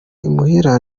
imuhira